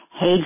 Hey